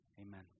Amen